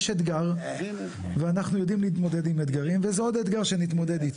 יש אתגר ואנחנו יודעים להתמודד עם אתגרים וזה עוד אתגר שנתמודד איתו.